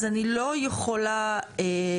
אז אני לא יכולה לתת,